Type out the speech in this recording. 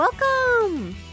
Welcome